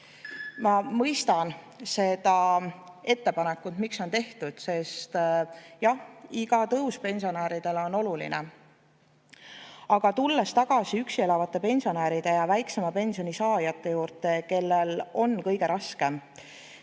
Ma mõistan, miks see ettepanek on tehtud. Jah, iga tõus on pensionäridele oluline. Aga tulles tagasi üksi elavate pensionäride ja väiksema pensioni saajate juurde, kellel on kõige raskem,